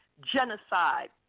genocide